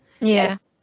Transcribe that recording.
Yes